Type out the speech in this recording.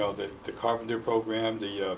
ah the the carpenter program, the